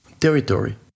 Territory